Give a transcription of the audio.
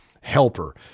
helper